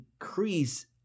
increase